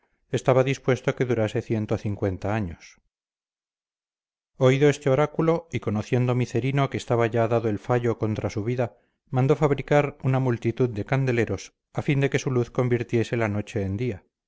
estaba dispuesto que durase años oído este oráculo y conociendo micerino que estaba ya dado el fallo contra su vida mandó fabricar una multitud de candeleros a fin de que su luz convirtiese la noche en día